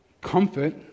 comfort